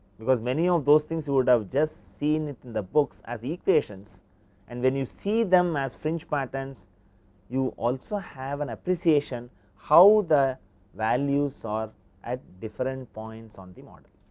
because many of those things you would have just seen it in the books as equations, and when you see them as fringe patterns you also have an appreciation how the values are at different points on the model.